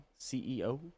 CEO